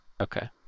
Okay